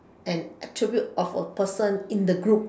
an attribute of a person in the group